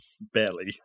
Barely